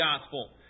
Gospel